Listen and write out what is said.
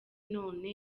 none